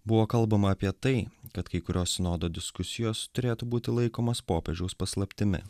buvo kalbama apie tai kad kai kurios sinodo diskusijos turėtų būti laikomos popiežiaus paslaptimi